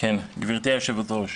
גברתי היושבת-ראש,